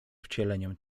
wcieleniem